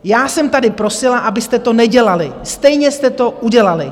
Já jsem tady prosila, abyste to nedělali, stejně jste to udělali.